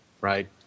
right